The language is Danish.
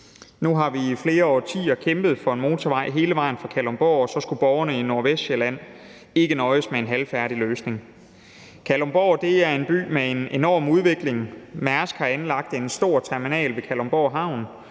Nu har vi i flere årtier kæmpet for en motorvej hele vejen fra Kalundborg, og så skulle borgerne i Nordvestsjælland ikke nøjes med en halvfærdig løsning. Kalundborg er en by med en enorm udvikling. Mærsk har anlagt en stor terminal ved Kalundborg Havn,